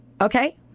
okay